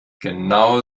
genau